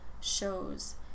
shows